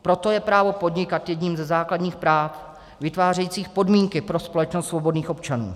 Proto je právo podnikat jedním ze základních práv vytvářejících podmínky pro společnost svobodných občanů.